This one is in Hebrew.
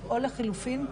או לחלופין,